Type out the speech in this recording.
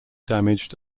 damaged